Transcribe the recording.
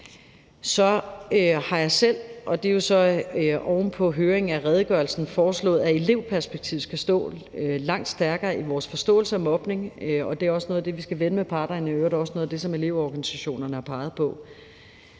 Så har jeg selv – og det er jo så oven på høringen af redegørelsen – foreslået, at elevperspektivet skal stå langt stærkere i vores forståelse af mobning, og det er også noget af det, vi skal vende med parterne, i øvrigt også noget af det, som elevorganisationerne har peget på.